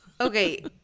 Okay